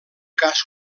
cas